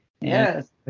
Yes